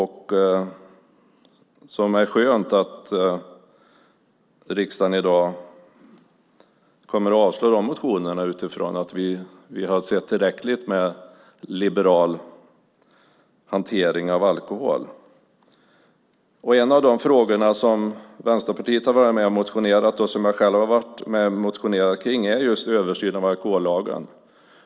Det är skönt att riksdagen i dag kommer att avslå dessa motioner utifrån att vi har sett tillräckligt med liberal hantering av alkohol. En av de frågor Vänsterpartiet och jag själv har varit med och motionerat om är just en översyn av alkohollagen.